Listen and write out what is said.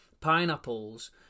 pineapples